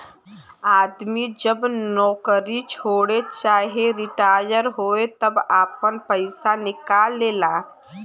आदमी जब नउकरी छोड़े चाहे रिटाअर होए तब आपन पइसा निकाल लेला